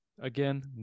again